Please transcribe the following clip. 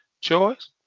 choice